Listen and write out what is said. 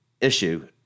issue